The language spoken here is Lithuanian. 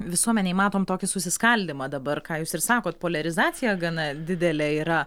visuomenėj matom tokį susiskaldymą dabar ką jūs ir sakot poliarizacija gana didelė yra